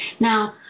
Now